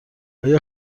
آیا